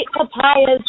papayas